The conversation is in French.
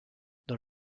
dans